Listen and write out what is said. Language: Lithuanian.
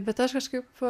bet aš kažkaip